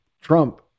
Trump